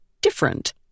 different